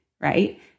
Right